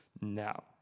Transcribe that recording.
now